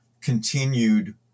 continued